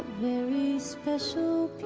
special